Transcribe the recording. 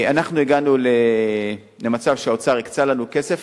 אנחנו הגענו למצב שהאוצר הקצה לנו כסף.